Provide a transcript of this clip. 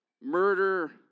murder